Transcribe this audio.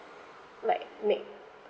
like make